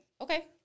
okay